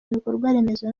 ibikorwaremezo